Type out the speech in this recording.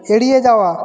এড়িয়ে যাওয়া